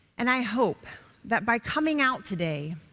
and i hope that by coming out today,